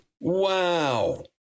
Wow